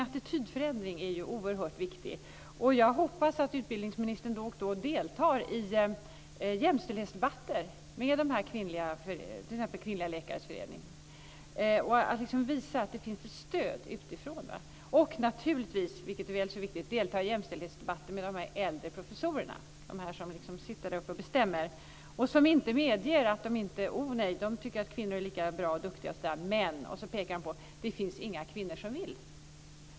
Attitydförändring är oerhört viktig, och jag hoppas att utbildningsministern då och då deltar i jämställdhetsdebatter - t.ex. i Kvinnliga läkares förening, för att visa att det finns ett stöd utifrån - och naturligtvis, vilket är väl så viktigt, deltar i jämställdhetsdebatter med dessa äldre professorer som sitter däruppe och bestämmer och som säger att de tycker att kvinnor är lika bra och duktiga men sedan pekar på att det inte finns några kvinnor som vill.